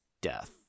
death